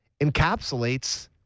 encapsulates